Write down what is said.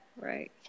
right